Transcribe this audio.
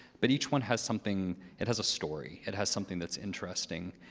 but each one has something it has a story. it has something that's interesting.